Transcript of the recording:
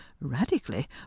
radically